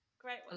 great